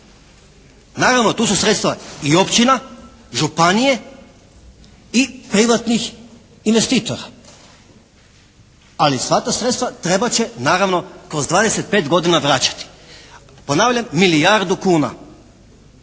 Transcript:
Naravno tu su sredstva i općina, županije i privatnih investitora, ali sva ta sredstva trebat će naravno kroz 25 godina vraćati. Ponavljam milijardu kuna.